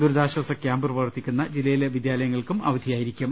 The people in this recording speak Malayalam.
ദുരിതാശ്വാസ ക്യാമ്പ് പ്രവർത്തിക്കുന്ന ജില്ലയിലെ എല്ലാ വിദ്യാലയങ്ങൾക്കും അവധിയായിരിക്കും